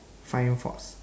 flying fox